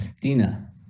Dina